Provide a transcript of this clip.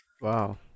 wow